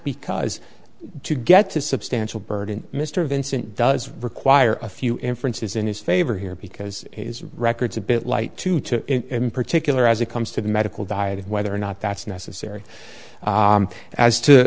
because to get to substantial burden mr vincent does require a few inferences in his favor here because his records a bit light two to particular as it comes to the medical dieted whether or not that's necessary